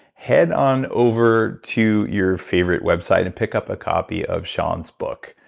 head on over to your favorite website and pick up a copy of shaun's book.